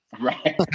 Right